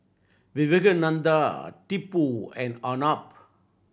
Vivekananda Tipu and Arnab